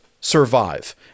survive